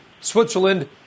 Switzerland